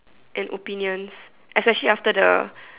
and opinions especially after the